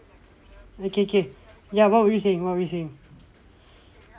oh K K ya what were you saying what were you saying